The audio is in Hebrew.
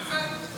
יפה.